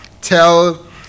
tell